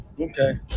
okay